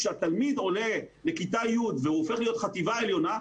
כשהתלמיד עולה לכיתה י' והוא הופך להיות חטיבה עליונה,